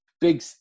Big